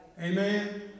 amen